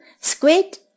squid